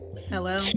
Hello